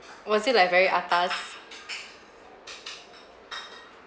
was it like very atas